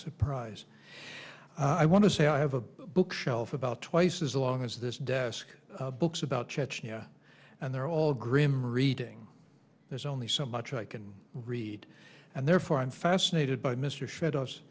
surprise i want to say i have a bookshelf about twice as long as this desk books about chechnya and they're all grim reading there's only so much i can read and therefore i'm fascinated by mr shadow